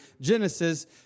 Genesis